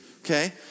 okay